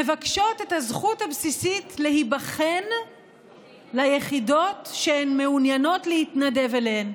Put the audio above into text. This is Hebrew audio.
מבקשות את הזכות הבסיסית להיבחן ליחידות שהן מעוניינות להתנדב אליהן,